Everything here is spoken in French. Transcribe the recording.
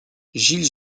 gilles